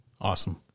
Awesome